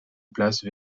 place